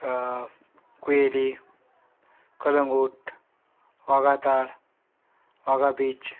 कुयेली कलंगूट वागातार बागा बीच